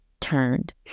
turned